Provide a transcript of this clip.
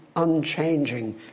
unchanging